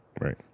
Right